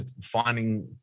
finding